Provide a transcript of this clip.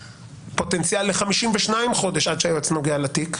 פוטנציאל ל-52 חודשים עד שהיועץ נוגע לתיק,